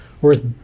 worth